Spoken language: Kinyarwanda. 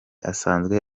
asanzwe